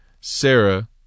Sarah